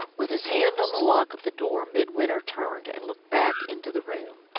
with his hand on the lock of the door, midwinter turned, and looked back into the room.